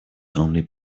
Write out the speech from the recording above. only